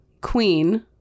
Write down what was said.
Queen